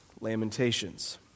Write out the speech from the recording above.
Lamentations